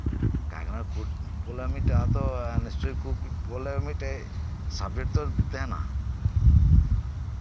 ᱡᱟᱦᱟᱸᱱᱟᱜ ᱠᱳᱴ ᱢᱤᱫᱴᱮᱡ ᱟᱛᱩ ᱵᱚᱞᱮ ᱢᱤᱫᱴᱮᱱ ᱥᱟᱵᱡᱤᱴ ᱛᱚ ᱛᱟᱦᱮᱸᱱᱟ